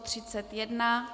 31.